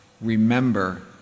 remember